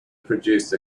produced